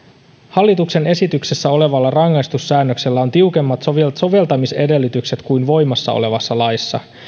hallituksen esityksessä olevalla rangaistussäännöksellä on tiukemmat soveltamisedellytykset kuin voimassa olevassa laissa